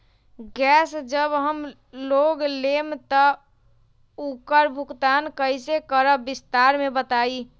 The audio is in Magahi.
गैस जब हम लोग लेम त उकर भुगतान कइसे करम विस्तार मे बताई?